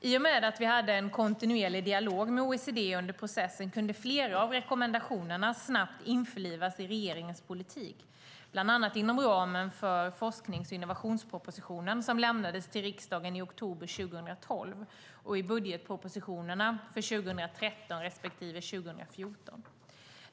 I och med att vi hade en kontinuerlig dialog med OECD under processen kunde flera av rekommendationerna snabbt införlivas i regeringens politik, bland annat inom ramen för forsknings och innovationspropositionen som lämnades till riksdagen i oktober 2012 och budgetpropositionerna för 2013 respektive 2014.